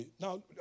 Now